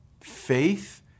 faith